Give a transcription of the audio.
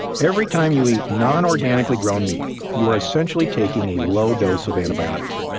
every time you eat non-organically grown meat, you are essentially taking a low dose of antibiotics,